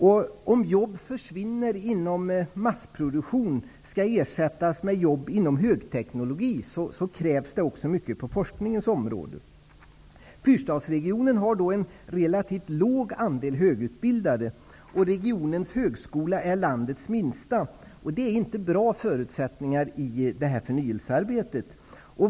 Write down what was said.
Om de jobb som försvinner inom massproduktionen skall ersättas med jobb inom högteknologin krävs det mycket på forskningens område. Fyrstadsregionen har en relativt låg andel högutbildade, och regionens högskola är landets minsta. Det är inte bra förutsättningar i förnyelsearbetet.